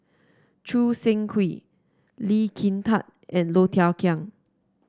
Choo Seng Quee Lee Kin Tat and Low Thia Khiang